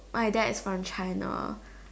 my dad is from China